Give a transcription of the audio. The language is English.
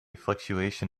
fluctuation